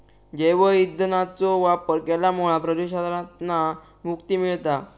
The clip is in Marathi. जैव ईंधनाचो वापर केल्यामुळा प्रदुषणातना मुक्ती मिळता